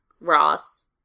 Ross